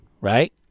right